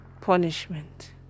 punishment